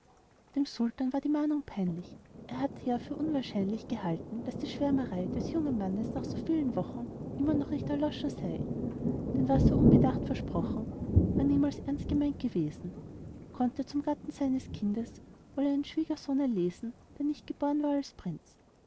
dem sultan war die mahnung peinlich er hatte ja für unwahrscheinlich gehalten daß die schwärmerei des jungen manns nach so viel wochen noch immer nicht erloschen sei denn was er unbedacht versprochen war niemals ernst gemeint gewesen konnt er zum gatten seines kinds wohl einen schwiegersohn erlesen der nicht geboren war als prinz